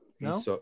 No